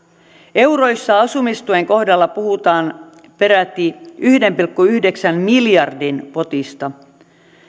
euroissa asumistuen kohdalla puhutaan peräti yhden pilkku yhdeksän miljardin potista